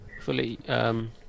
fully